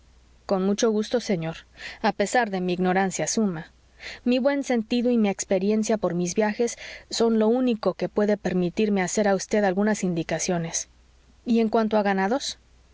con mucho gusto señor a pesar de mi ignorancia suma mi buen sentido y mi experiencia por mis viajes son lo único que puede permitirme hacer a vd algunas indicaciones y en cuanto a ganados